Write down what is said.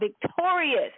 victorious